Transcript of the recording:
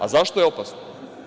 A, zašto je opasno?